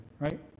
right